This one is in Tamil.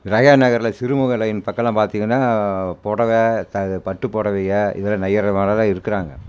ரெயான் நகரில் சிறுமுக லைன் பக்கமெல்லாம் பார்த்தீங்கன்னா புடவ த இது பட்டுப் புடவைக இதெல்லாம் நெய்கிறவங்களா தான் இருக்கிறாங்க